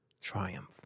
triumph